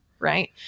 Right